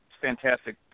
fantastic